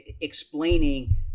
explaining